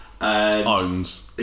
Owns